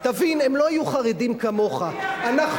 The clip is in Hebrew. כולם יעבדו בשבת חוץ מחברי הכנסת.